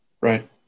Right